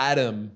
Adam